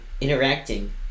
interacting